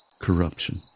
corruption